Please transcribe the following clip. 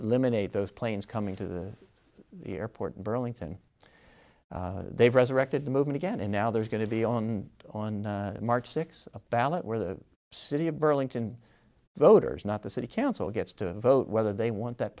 eliminate those planes coming to the airport in burlington they've resurrected the movement again and now there's going to be on on march sixth a ballot where the city of burlington voters not the city council gets to vote whether they want that